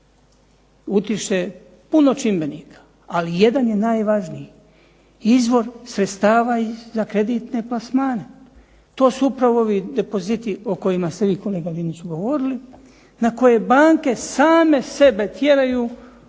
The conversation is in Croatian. utiče puno čimbenika, ali jedan je najvažniji. Izvor sredstava za kreditne plasmane. To su upravo ovi depoziti o kojima ste vi, kolega Liniću, govorili, na koje banke same sebe tjeraju,